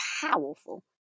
powerful